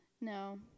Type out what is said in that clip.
No